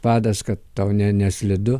padas kad tau ne neslidu